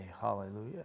hallelujah